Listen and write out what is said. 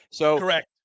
Correct